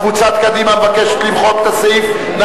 קבוצת קדימה מבקשת למחוק את סעיף 4(ב).